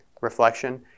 reflection